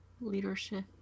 Leadership